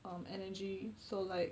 um energy so like